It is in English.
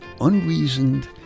unreasoned